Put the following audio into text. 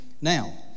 now